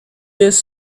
these